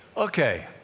Okay